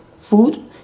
food